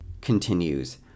continues